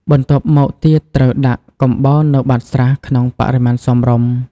បន្ទាប់មកទៀតត្រូវដាក់កំបោរនៅបាតស្រះក្នុងបរិមាណសមរម្យ។